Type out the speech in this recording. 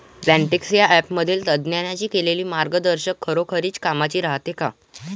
Plantix या ॲपमधील तज्ज्ञांनी केलेली मार्गदर्शन खरोखरीच कामाचं रायते का?